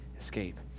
escape